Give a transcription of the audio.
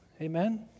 Amen